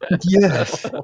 Yes